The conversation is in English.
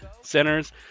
centers